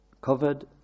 covered